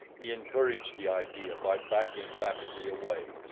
he encouraged the idea by backing rapidly away,